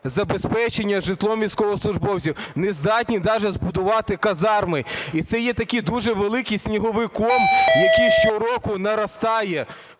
забезпечення житлом військовослужбовців, не здатні навіть збудувати казарми. І це є такий дуже великий сніговий ком, який щороку наростає,